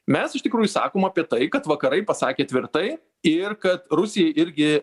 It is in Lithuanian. mes iš tikrųjų sakom apie tai kad vakarai pasakė tvirtai ir kad rusijai irgi